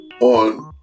on